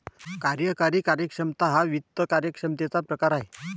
कार्यकारी कार्यक्षमता हा वित्त कार्यक्षमतेचा प्रकार आहे